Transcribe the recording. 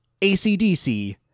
acdc